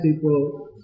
people